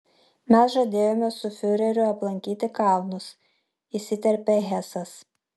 mes žadėjome su fiureriu aplankyti kalnus įsiterpė hesas